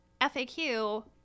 FAQ